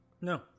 No